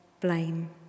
blame